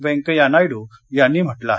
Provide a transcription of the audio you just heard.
वेंकय्या नायडू यांनी म्हटलं आहे